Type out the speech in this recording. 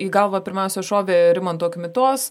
į galvą pirmiausia šovė rimanto kmitos